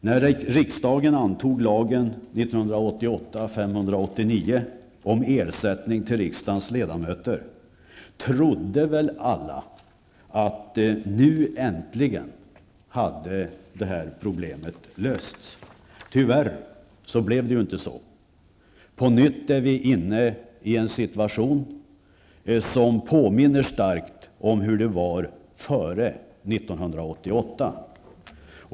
När riksdagen antog lagen 1988:589 om ersättning till riksdagens ledamöter, trodde väl alla att nu äntligen hade det här problemets lösts. Tyvärr blev det inte så. På nytt är vi inne i en situation som påminner starkt om hur det var före 1988.